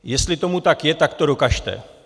Jestli tomu tak je, tak to dokažte.